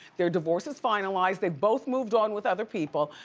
their divorce is finalized, they've both moved on with other people,